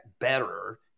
better